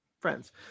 friends